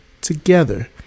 together